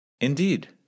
Indeed